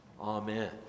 Amen